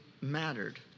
mattered